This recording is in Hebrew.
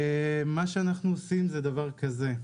מה שאנחנו עושים זה דבר כזה: